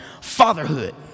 fatherhood